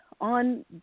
on